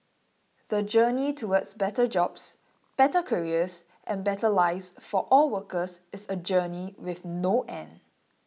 the journey towards better jobs better careers and better lives for all workers is a journey with no end